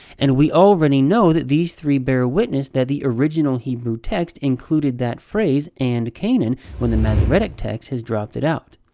and we already know that these three bear witness that the original hebrew text included that phrase, and canaan, when the masoretic text has dropped it out.